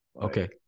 Okay